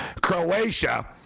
Croatia